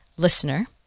listener